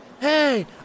hey